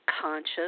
conscious